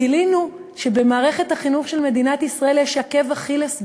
גילינו שבמערכת החינוך של מדינת ישראל יש עקב אכילס גדול,